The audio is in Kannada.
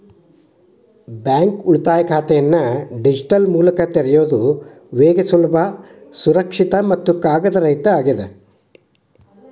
ಬ್ಯಾಂಕ್ ಉಳಿತಾಯ ಖಾತೆನ ಡಿಜಿಟಲ್ ಮೂಲಕ ತೆರಿಯೋದ್ ವೇಗ ಸುಲಭ ಸುರಕ್ಷಿತ ಕಾಗದರಹಿತವಾಗ್ಯದ